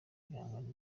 ibihangano